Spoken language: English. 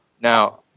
Now